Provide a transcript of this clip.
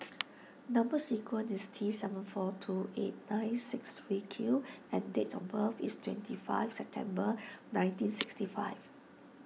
Number Sequence is T seven four two eight nine six three Q and date of birth is twenty five September nineteen sixty five